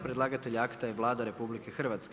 Predlagatelj akta je Vlada RH.